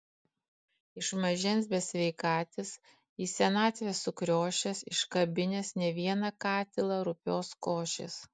iš mažens besveikatis į senatvę sukriošęs iškabinęs ne vieną katilą rupios košės